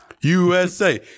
USA